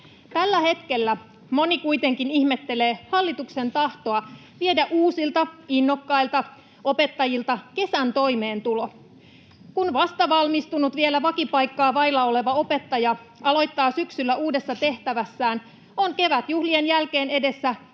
Tällä hetkellä moni kuitenkin ihmettelee hallituksen tahtoa viedä uusilta, innokkailta opettajilta kesän toimeentulo. Kun vastavalmistunut, vielä vakipaikkaa vailla oleva opettaja aloittaa syksyllä uudessa tehtävässään, on kevätjuhlien jälkeen edessä täyden